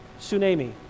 tsunami